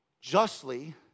justly